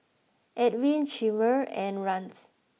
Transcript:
Edwin Chimere and Rance